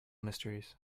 mysteries